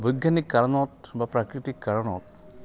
বৈজ্ঞানিক কাৰণত বা প্ৰাকৃতিক কাৰণত